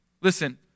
Listen